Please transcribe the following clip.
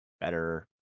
better